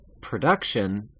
production